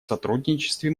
сотрудничестве